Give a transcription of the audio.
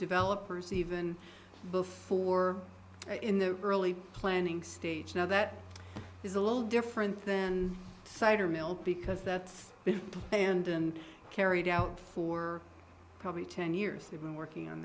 developers even before in the early planning stage now that is a little different than cider mill because that's been planned and carried out for probably ten years they've been working on